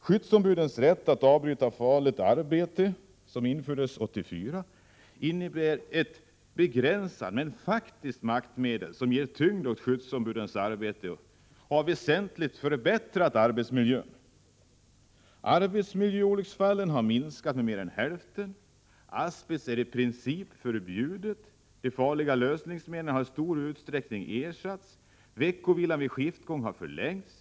Skyddsombudens rätt att avbryta farligt arbete, som infördes 1984, innebär ett begränsat, men dock ett faktiskt maktmedel. Rätten ger tyngd åt skyddsombudens arbete och har väsentligt förbättrat arbetsmiljön. Arbetsmiljöskadorna har minskat med mer än hälften. Användningen av asbest är i princip förbjuden. De farliga lösningsmedlen har i stor utsträckning ersatts. Veckovilan vid skiftgång har förlängts.